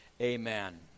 Amen